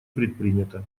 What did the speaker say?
предпринято